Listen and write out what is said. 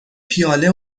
پیاله